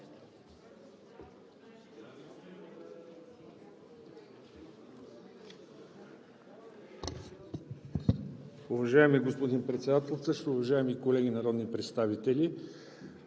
Уважаеми господин Председателстващ, уважаеми колеги народни представители!